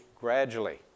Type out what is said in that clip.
gradually